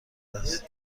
است